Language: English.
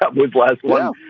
cup was last. well,